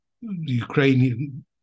Ukrainian